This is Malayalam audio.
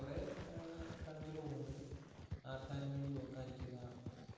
കുറേ പഴം ചൊല്ലുകളുണ്ട് ആർക്കാനും വേണ്ടി ഓക്കാനിക്കുക